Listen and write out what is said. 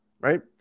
right